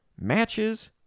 matches